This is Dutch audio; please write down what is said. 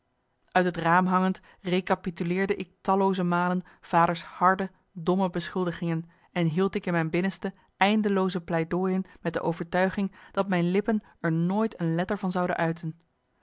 uit het raam hangend recapituleerde ik tallooze malen vaders harde domme beschuldigingen en hield ik in mijn binnenste eindelooze pleidooien met de overtuiging dat mijn lippen er nooit een letter van zouden uiten